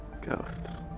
ghosts